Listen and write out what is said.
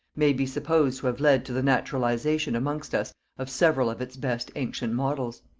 may be supposed to have led to the naturalization amongst us of several of its best ancient models.